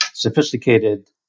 sophisticated